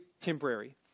temporary